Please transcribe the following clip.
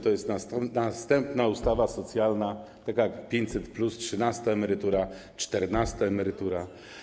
To jest następna ustawa socjalna, taka jak 500+, trzynasta emerytura, czternasta emerytura.